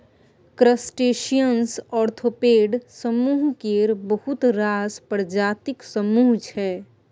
crustaceans arthropod समुह केर बहुत रास प्रजातिक समुह छै